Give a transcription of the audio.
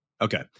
Okay